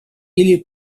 или